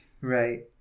Right